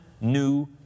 new